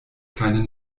keinen